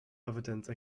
evidence